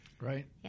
Right